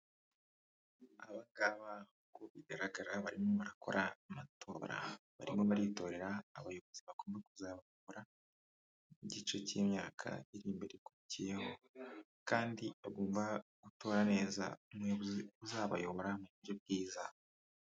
Abangaba nk'uko bigaragara barimo barakora amatora, barimo baritorera abayobozi bagomba kuzakora igice cy'imyaka iri imbere ikurikiyeho kandi bagomba gutora neza umuyobozi uzabayobora mu buryo bwiza.